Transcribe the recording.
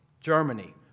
Germany